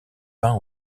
peint